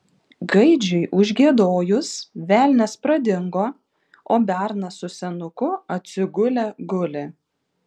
gaidžiui užgiedojus velnias pradingo o bernas su senuku atsigulę guli